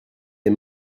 les